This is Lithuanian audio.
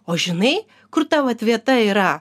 o žinai kur ta vat vieta yra